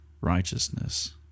righteousness